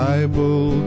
Bible